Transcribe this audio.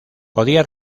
podía